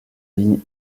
ligne